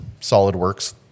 SolidWorks